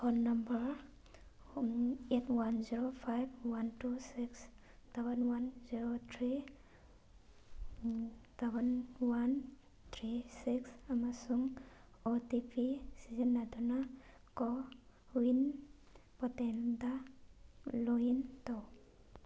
phone number eight one zero five one two six double one zero three double one three six ꯑꯃꯁꯨꯡ O T P ꯁꯤꯖꯤꯟꯅꯗꯨꯅ CoWIN ꯄꯣꯇꯦꯟꯗ ꯂꯣꯏꯟ ꯇꯧ